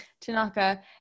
Tanaka